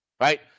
right